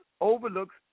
overlooks